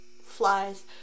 flies